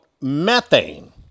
methane